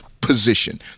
position